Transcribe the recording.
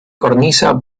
cornisa